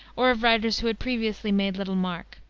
or of writers who had previously made little mark.